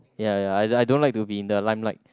ya ya I don't like to be in the limelight